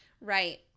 right